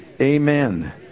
amen